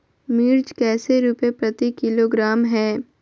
मिर्च कैसे रुपए प्रति किलोग्राम है?